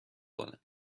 کنه